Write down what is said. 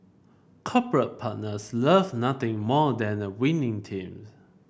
corporate partners love nothing more than a winning team